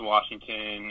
Washington